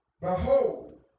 Behold